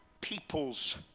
people's